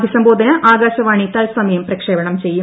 അഭിസംബോിധ്നു ആകാശവാണി തൽസമയം പ്രക്ഷേപണം ചെയ്യും